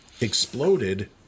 exploded